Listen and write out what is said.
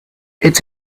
it’s